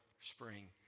spring